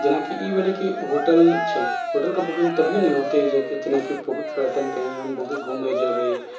जेनाकि ई भेलै कि होटल छै होटलके बुकिङ्ग तभी ने होयत जेनाकि पर्यटन कहीँ हम घूमे जयबै